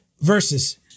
verses